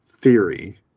Theory